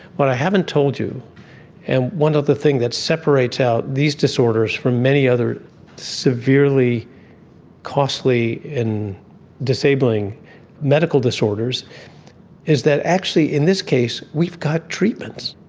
what i haven't told you and one other thing that separates out these disorders from many other severely costly and disabling medical disorders is that actually in this case we've got treatments.